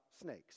snakes